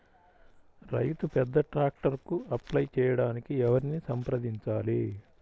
రైతు పెద్ద ట్రాక్టర్కు అప్లై చేయడానికి ఎవరిని సంప్రదించాలి?